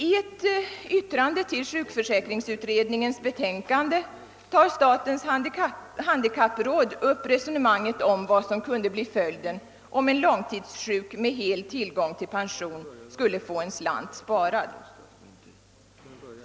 I yttrande över sjukförsäkringsutredningens betänkande har statens handikappråd tagit upp ett resonemang om vad som kunde bli följden om en långtidssjuk med bibehållen hel pension skulle få en slant sparad.